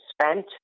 spent